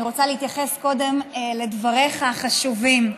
אני רוצה להתייחס קודם לדבריך החשובים.